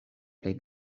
plej